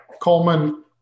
Coleman